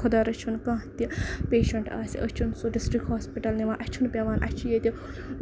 خۄدا رٔچھٕنۍ کانہہ تہِ پیشَنٹ آسہِ أسۍ چھِن سُہ ڈِسٹرک ہوسپِٹل نِوان اَسہِ چھُنہٕ پیوان اَسہِ چھِ ییٚتہِ